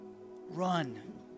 Run